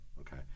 okay